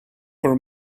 for